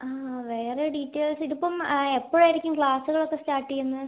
വേറെ ഡീറ്റെയിൽസ് ഇതിപ്പം എപ്പഴായിരിക്കും ക്ലാസുകളൊക്കെ സ്റ്റാർട്ട് ചെയ്യുന്നത്